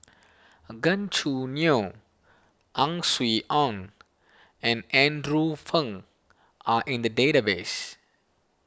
Gan Choo Neo Ang Swee Aun and Andrew Phang are in the database